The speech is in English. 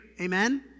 Amen